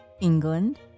England